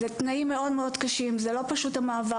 וזה תנאים מאוד-מאוד קשים, זה לא פשוט המעבר.